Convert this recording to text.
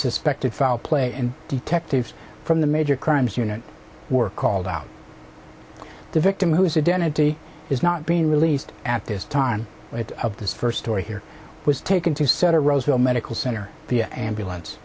suspected foul play and detectives from the major crimes unit were called out the victim whose identity is not being released at this time of this first story here was taken to set a roseville medical center via ambulance